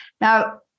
Now